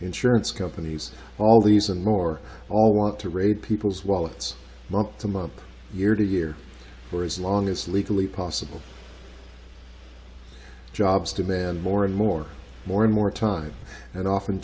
insurance companies all these and more all want to raid people's wallets month to month year to year for as long as legally possible jobs demand more and more more and more time and often